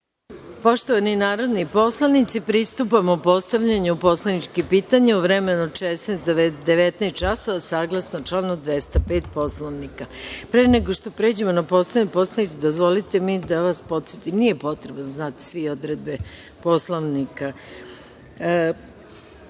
Poštovani narodni poslanici, pristupamo postavljanju poslaničkih pitanja u vremenu od 16.00 do 19.00 časova, saglasno članu 205. Poslovnika. Pre nego što pređemo na postavljanje poslaničkih pitanja, dozvolite mi da vas podsetim… Nije potrebno da znate svi odredbe Poslovnika. Prelazimo